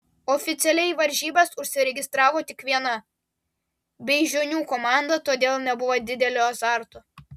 oficialiai į varžybas užsiregistravo tik viena beižionių komanda todėl nebuvo didelio azarto